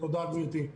תודה, גברתי.